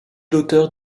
l’auteur